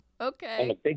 Okay